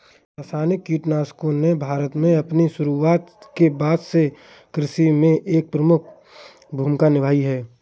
रासायनिक कीटनाशकों ने भारत में अपनी शुरूआत के बाद से कृषि में एक प्रमुख भूमिका निभाई हैं